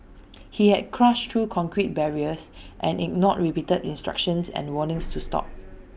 he had crashed through concrete barriers and ignored repeated instructions and warnings to stop